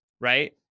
right